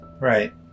Right